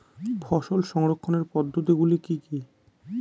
ফসল সংরক্ষণের পদ্ধতিগুলি কি কি?